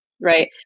right